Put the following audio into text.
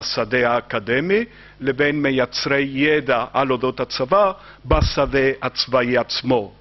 בשדה האקדמי לבין מייצרי ידע על אודות הצבא בשדה הצבאי עצמו.